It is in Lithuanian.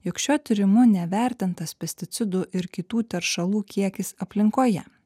jog šiuo tyrimu nevertintas pesticidų ir kitų teršalų kiekis aplinkoje